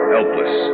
Helpless